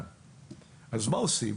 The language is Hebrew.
אז מה עושים?